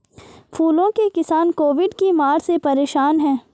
फूलों के किसान कोविड की मार से परेशान है